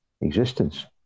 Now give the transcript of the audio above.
existence